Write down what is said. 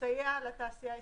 ולסייע לתעשייה הישראלית.